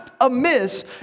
amiss